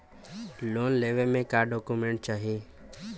Loan लेवे मे का डॉक्यूमेंट चाही?